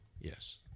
Yes